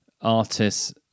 artists